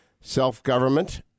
Self-Government